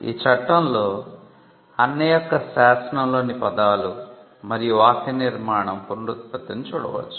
ఈ చట్టంలో అన్నే యొక్క శాసనంలోని పదాలు మరియు వాక్య నిర్మాణం పునరుత్పత్తిని చూడవచ్చు